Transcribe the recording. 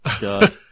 God